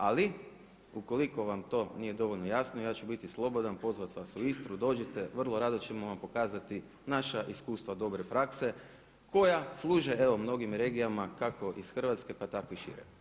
Ali ukoliko vam to nije dovoljno jasno ja ću biti slobodan pozvati vas u Istru, dođite, vrlo rado ćemo vam pokazati naša iskustva dobre prakse koja služe evo mnogim regijama kako iz Hrvatske pa tako i šire.